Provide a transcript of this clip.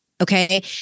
Okay